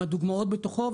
עם הדוגמאות בתוכו.